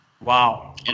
Wow